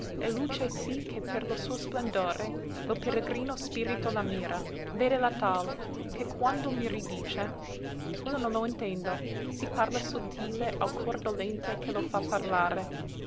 e luce sì che per lo suo splendore lo peregrino spirito la mira vedela tal che quando l mi ridice io no lo intendo sì parla sottile al cor dolente che lo fa parlare